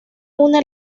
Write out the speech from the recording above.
una